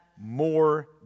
more